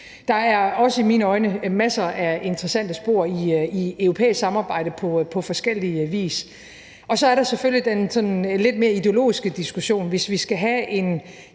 er der i mine øjne også masser af interessante spor i et europæisk samarbejde på forskellig vis, og så er der for det tredje selvfølgelig den lidt mere ideologiske diskussion. Hvis vi skal have en